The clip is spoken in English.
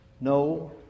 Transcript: No